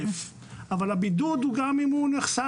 אבל הבידוד הוא גם אם הוא נחשף